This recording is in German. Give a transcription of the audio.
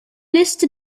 liste